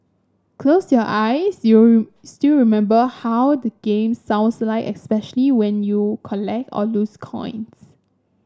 close your eyes you'll still remember how the game sounds like especially when you collect or lose coins